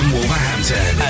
Wolverhampton